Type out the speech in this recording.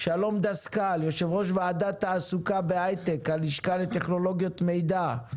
שלום דסקל יושב ראש ועדת התעסוקה בהיי-טק הלשכה לטכנולוגיות מידע.